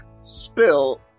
spill